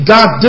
God